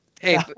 hey